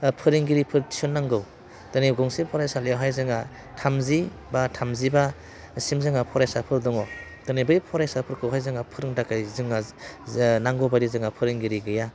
फोरोंगिरिफोर थिसननांगौ दिनै गंसे फरायसालियावहाय जोंहा थामजि बा थामजिबासिम जोङो फरायसाफोर दङ दिनै बे फरायसाफोरखौहाय जोङो फोरोंनो थाखाय जोंहा नांगौ बायदि जोंहा फोरोंगिरि गैया